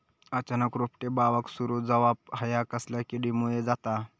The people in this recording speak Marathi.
अचानक रोपटे बावाक सुरू जवाप हया कसल्या किडीमुळे जाता?